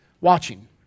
watching